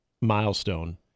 milestone